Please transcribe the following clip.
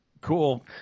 Cool